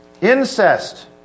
incest